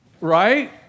Right